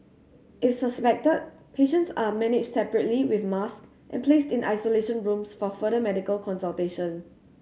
if suspected patients are managed separately with masks and placed in isolation rooms for further medical consultation